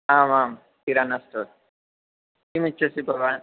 आमां किराना स्टोर् किमिच्छति भवान्